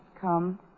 come